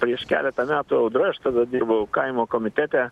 prieš keletą metų audra aš tada dirbau kaimo komitete